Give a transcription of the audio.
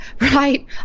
right